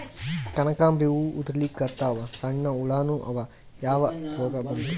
ಕನಕಾಂಬ್ರಿ ಹೂ ಉದ್ರಲಿಕತ್ತಾವ, ಸಣ್ಣ ಹುಳಾನೂ ಅವಾ, ಯಾ ರೋಗಾ ಬಂತು?